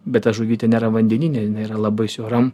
bet ta žuvytė nėra vandenyne jinai yra labai siauram